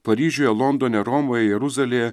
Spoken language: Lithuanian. paryžiuje londone romoje jeruzalėje